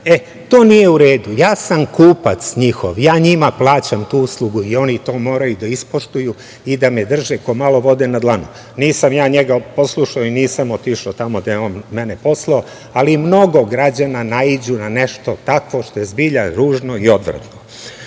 minut. To nije u redu. Ja sam njihov kupac. Ja njima plaćam tu uslugu i oni moraju to da ispoštuju i da me drže kao malo vode na dlanu. Nisam ja njega poslušao i nisam otišao tamo gde je mene poslao, ali mnogo građana naiđe na nešto takvo što je zbilja ružno i odvratno. Na